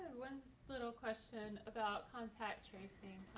one little question about contact tracing,